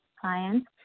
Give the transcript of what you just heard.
clients